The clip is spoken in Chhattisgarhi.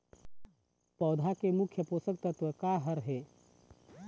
पौधा के मुख्य पोषकतत्व का हर हे?